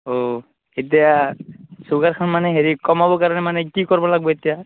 অঁ এতিয়া ছুগাৰখন মানে হেৰি কমাব কাৰণে মানে কি কৰিব লাগব এতিয়া